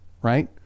right